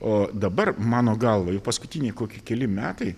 o dabar mano galva jau paskutiniai kokie keli metai